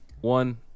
one